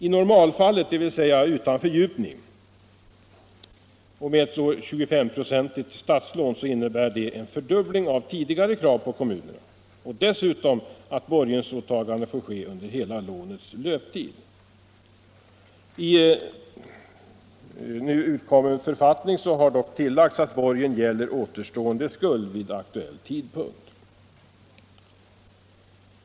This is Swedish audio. I normalfallet, dvs. utan fördjupning och med statligt lån på 25 8, innebär det en fördubbling av tidigare krav på kommunerna och dessutom ett borgensåtagande för lånets hela löptid. I nu utkommen författning har dock tillagts att borgen gäller återstående skuld vid aktuell tidpunkt.